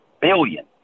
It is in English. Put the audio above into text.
billion